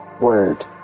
word